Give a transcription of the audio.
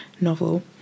novel